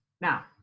Now